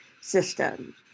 system